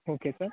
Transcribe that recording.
okay sir